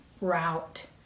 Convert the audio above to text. route